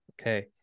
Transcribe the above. Okay